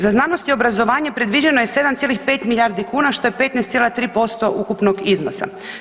Za znanost i obrazovanje predviđeno je 7,5 milijardi kuna što je 15,3% ukupnog iznosa.